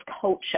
culture